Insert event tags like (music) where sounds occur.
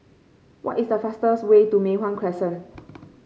what is the fastest way to Mei Hwan Crescent (noise)